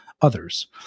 Others